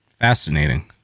fascinating